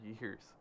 years